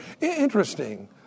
Interesting